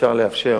וניתן לאפשר